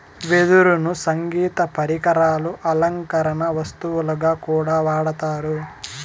వెదురును సంగీత పరికరాలు, అలంకరణ వస్తువుగా కూడా వాడతారు